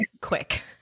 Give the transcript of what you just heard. quick